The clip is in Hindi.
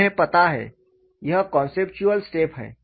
तुम्हें पता है यह कॉन्सेप्टचुअल स्टेप है